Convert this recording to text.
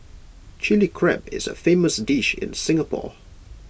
Chilli Crab is A famous dish in Singapore